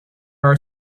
are